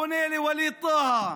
פונה לווליד טאהא,